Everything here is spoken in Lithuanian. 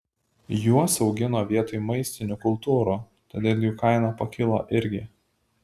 juos augino vietoj maistinių kultūrų todėl jų kaina pakilo irgi